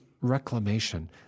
reclamation